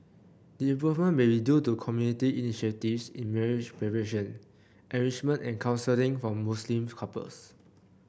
the improvement may be due to community initiatives in marriage preparation enrichment and counselling for Muslim couples